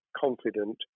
confident